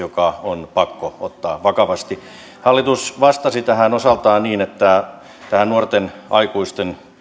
joka on pakko ottaa vakavasti hallitus vastasi tähän osaltaan niin että tähän nuorten aikuisten